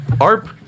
ARP